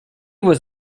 was